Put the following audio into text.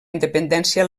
independència